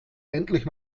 endlich